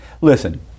Listen